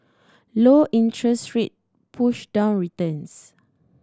low interest rate push down returns